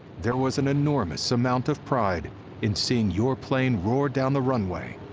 there was an enormous amount of pride in seeing your plane roar down the runway,